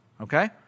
Okay